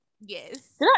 Yes